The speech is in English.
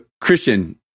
Christian